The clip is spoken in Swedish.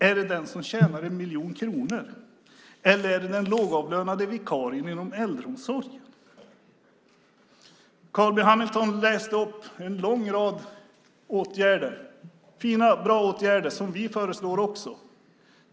Är det den som tjänar 1 miljon kronor, eller är det den lågavlönade vikarien inom äldreomsorgen? Carl B Hamilton läste upp en lång rad åtgärder som också vi föreslår.